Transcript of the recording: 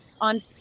on